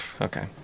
Okay